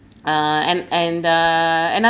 uh and and the another